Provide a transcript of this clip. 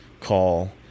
call